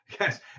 Yes